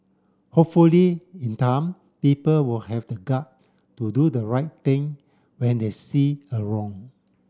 hopefully in time people will have the gut to do the right thing when they see a wrong